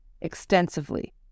extensively